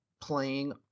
playing